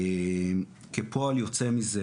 אם כפועל יוצא מזה,